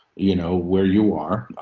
you know where you are. um,